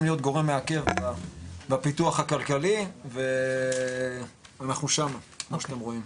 להיות גורם מעכב בפיתוח הכלכלי ואנחנו שמה כמו שאתם רואים.